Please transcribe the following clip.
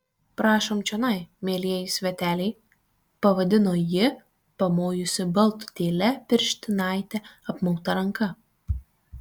prašom čionai mielieji sveteliai pavadino ji pamojusi baltutėle pirštinaite apmauta ranka